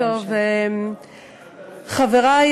קודם כול אני